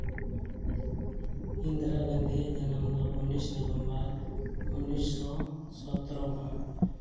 ᱤᱱᱫᱨᱟ ᱜᱟᱱᱫᱷᱤᱭᱟᱜ ᱡᱟᱱᱟᱢ ᱫᱚ ᱩᱱᱤᱥ ᱱᱚᱵᱷᱮᱢᱵᱚᱨ ᱩᱱᱤᱥᱤᱥᱚ ᱥᱚᱛᱨᱚ ᱠᱟᱱᱟ